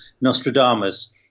Nostradamus